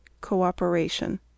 Cooperation